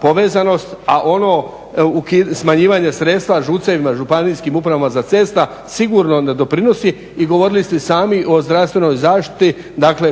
povezanost a ono smanjivanje sredstva ŽUC-eiva, županijskim upravama za cesta sigurno onda doprinosi i govorili ste i sami o zdravstvenoj zaštiti,